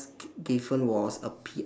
gi~ given was a P